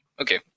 Okay